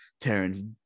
Terrence